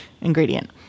ingredient